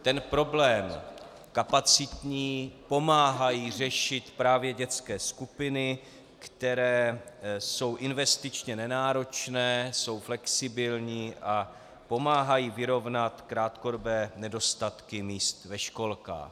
Ten problém kapacitní pomáhají řešit právě dětské skupiny, které jsou investičně nenáročné, jsou flexibilní a pomáhají vyrovnat krátkodobé nedostatky míst ve školkách.